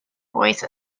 voice